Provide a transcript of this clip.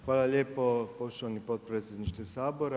Hvala lijepo poštovani potpredsjedniče Sabora.